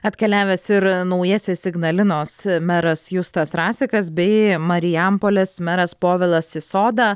atkeliavęs ir naujasis ignalinos meras justas rasikas bei marijampolės meras povilas isoda